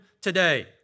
today